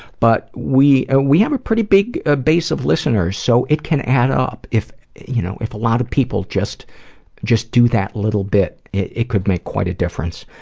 but we ah we have a pretty big ah base of listeners so it can add up, you know, if a lot of people just just do that little bit, it it could make quite a difference.